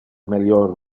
melior